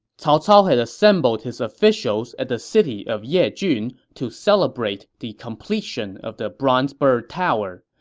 cao cao had assembled his officials at the city of yejun to celebrate the completion of the bronze bird tower.